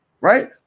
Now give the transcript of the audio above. right